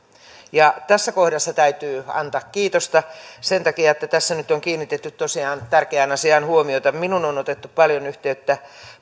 tässä kohdassa täytyy antaa kiitosta sen takia että tässä nyt on tosiaan kiinnitetty tärkeään asiaan huomiota minuun on otettu paljon yhteyttä